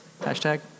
hashtag